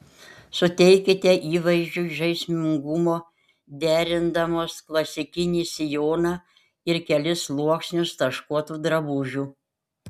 suteikite įvaizdžiui žaismingumo derindamos klasikinį sijoną ir kelis sluoksnius taškuotų drabužių